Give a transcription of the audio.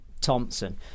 Thompson